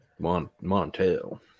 Montel